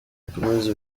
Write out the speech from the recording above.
ikomeze